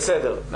בסדר,